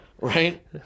right